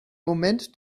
moment